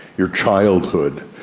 your childhood,